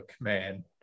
man